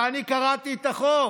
ואני קראתי את החוק.